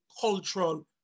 cultural